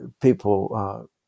people